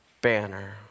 banner